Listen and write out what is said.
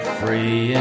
free